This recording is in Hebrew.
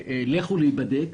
"לכו להיבדק"